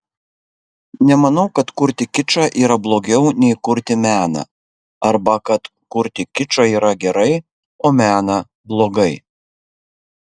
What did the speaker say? nemanau kad kurti kičą yra blogiau nei kurti meną arba kad kurti kičą yra gerai o meną blogai